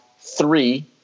three